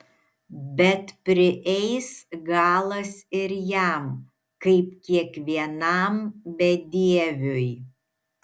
bet prieis galas ir jam kaip kiekvienam bedieviui